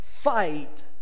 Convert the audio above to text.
Fight